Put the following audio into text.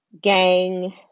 gang